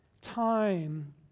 time